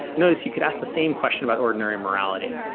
notice you could ask the same question about ordinary morality.